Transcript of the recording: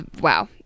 Wow